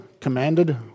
commanded